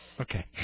Okay